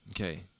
Okay